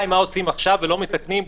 אלא מה עושים עכשיו ולא מתקנים,